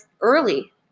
early